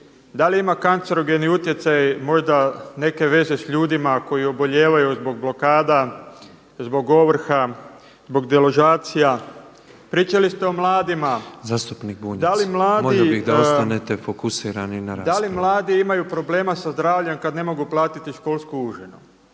da li ima kancerogeni utjecaj možda neke veze sa ljudima koji obolijevaju zbog blokada, zbog ovrha, zbog deložacija? Pričali ste o mladima, da li mladi … …/Upadica predsjednik: Zastupnik Bunjac, molimo bih da ostanete fokusirani na raspravu. Da li mladi imaju problema sa zdravljem kada ne mogu platiti školsku užinu?